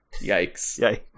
Yikes